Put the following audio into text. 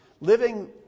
living